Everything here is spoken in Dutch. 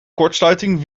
kortsluiting